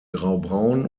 graubraun